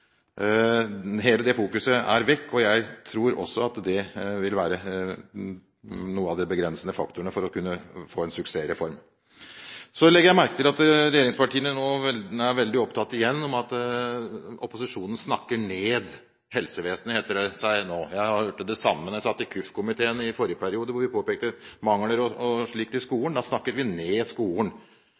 Hele det fokuset er vekk, og jeg tror også at det vil være noe av de begrensende faktorene for å kunne få en suksessreform. Så legger jeg merke til at regjeringspartiene er veldig opptatt av – igjen – at opposisjonen «snakker ned» – helsevesenet, heter det seg nå. Jeg hørte det samme da jeg satt i kirke-, utdannings- og forskningskomiteen i forrige periode. Da vi påpekte mangler og slikt i skolen, snakket vi ned skolen.